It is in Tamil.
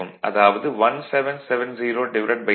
அதாவது 17703 590 வாட்